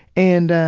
and,